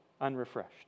unrefreshed